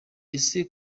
ese